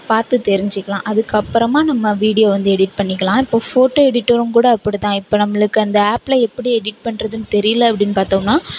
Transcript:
பார்த்து தெரிஞ்சிக்கலாம் அதுக்கு அப்புறமா நம்ம வீடியோ வந்து எடிட் பண்ணிக்கலாம் இப்ப ஃபோட்டோ எடிட்டரும் கூட அப்படிதான் இப்போ நம்மளுக்கு அந்த ஆப்பில் எப்படி எடிட் பண்ணுறதுன்னு தெரியல அப்படின் பார்த்தோம்னா